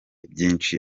byinshi